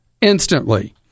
instantly